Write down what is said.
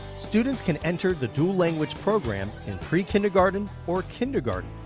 students can enter the dual language program in pre-kindergarten or kindergarten,